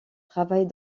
travaille